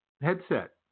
headset